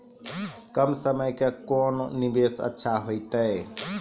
कम समय के कोंन निवेश अच्छा होइतै?